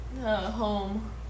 home